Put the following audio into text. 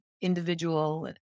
individual